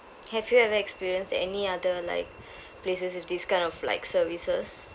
have you ever experienced any other like places with these kind of like services